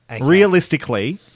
Realistically